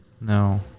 No